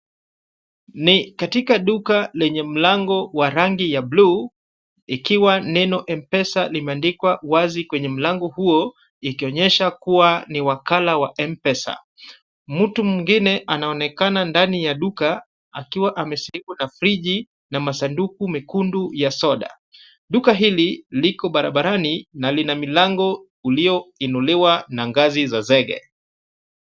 Ni katika duka lenye mlango wa rangi ya buluu ikiwa na neno mpesa limeandikwa wazi kwenye mlango huo ikionyesha kuwa ni wakala wa mpesa. Mtu mwingine anaonekana ndani ya duka akiwa amezibwa na friji na masanduku mekundu ya soda. Duka hili lina barabarani na liko na milango ulioinuliwa na ngazi za zege.